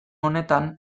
honetan